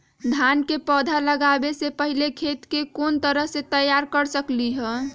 धान के पौधा लगाबे से पहिले खेत के कोन तरह से तैयार कर सकली ह?